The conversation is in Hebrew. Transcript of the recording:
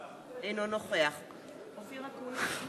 אינו נוכח אופיר אקוניס,